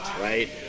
right